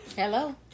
Hello